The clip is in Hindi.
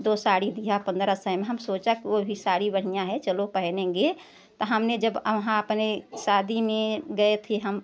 दो साड़ी दिया पंद्रह सौ में हम सोचा कि वह भी साड़ी बढ़िया है चलो पहनेंगे तो हमने जब अहाँ अपने शादी में गए थे हम